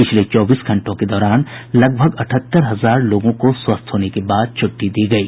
पिछले चौबीस घंटों के दौरान लगभग अठहत्तर हजार लोगों को स्वस्थ होने के बाद छुट्टी दी गयी